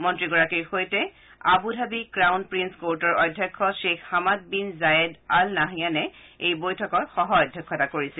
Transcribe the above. মন্ত্ৰীগৰাকীৰ সৈতে Abu Dhabi crown prince কৰ্টৰ অধ্যক্ষ Sheikh Hamad bin Zayed Al নাহয়ানে এই বৈঠকৰ সহ অধ্যক্ষতা কৰিছিল